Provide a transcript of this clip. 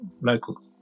local